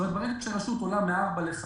זאת אומרת ברגע שרשות עולה מ-4 ל-5